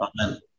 Amen